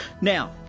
Now